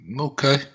Okay